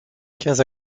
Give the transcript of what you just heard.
quinze